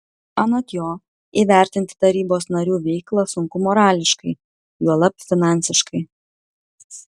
anot jo įvertinti tarybos narių veiklą sunku morališkai juolab finansiškai